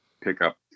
pickup